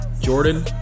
Jordan